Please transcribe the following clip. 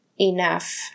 enough